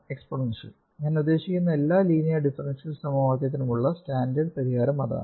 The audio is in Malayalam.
എക്സ്പോണൻഷ്യൽ ഞാൻ ഉദ്ദേശിക്കുന്നത് എല്ലാ ലീനിയർ ഡിഫറൻഷ്യൽ സമവാക്യത്തിനുള്ള സ്റ്റാൻഡേർഡ് പരിഹാരം അതാണ്